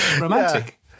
Romantic